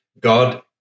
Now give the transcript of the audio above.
God